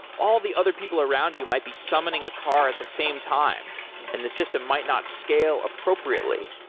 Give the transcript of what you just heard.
all the other people around you might be summoning a car at the same time and the system might not scale appropriately.